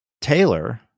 Taylor